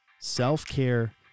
self-care